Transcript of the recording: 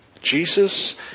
Jesus